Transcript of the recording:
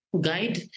guide